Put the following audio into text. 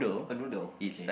a noodle okay